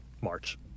March